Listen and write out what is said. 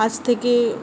আজ থেকে